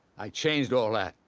i changed all that.